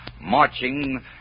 marching